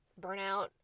burnout